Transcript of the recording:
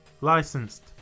licensed